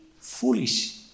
foolish